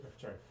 sorry